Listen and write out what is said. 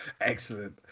Excellent